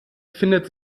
findet